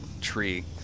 tree